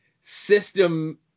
System